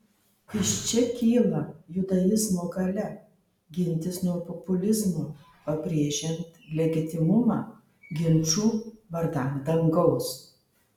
iš čia kyla judaizmo galia gintis nuo populizmo pabrėžiant legitimumą ginčų vardan dangaus